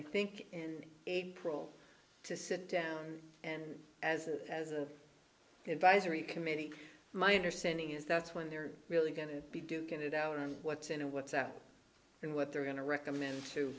i think in april to sit down and as a as an advisory committee my understanding is that's when they're really going to be duking it out on what's in and what's out and what they're going to recommend to